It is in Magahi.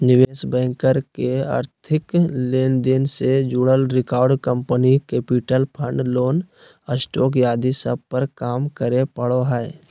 निवेश बैंकर के आर्थिक लेन देन से जुड़ल record, company capital, fund, loan, stock आदि सब पर काम करे पड़ो हय